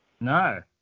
No